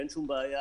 אין שום בעיה,